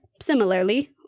similarly